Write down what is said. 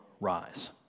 rise